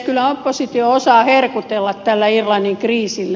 kyllä oppositio osaa herkutella tällä irlannin kriisillä